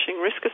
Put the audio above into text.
risk